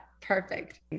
perfect